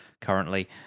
currently